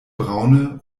braune